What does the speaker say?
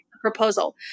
proposal